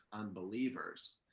unbelievers